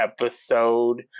episode